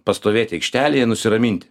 pastovėt aikštelėje nusiramint